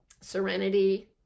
serenity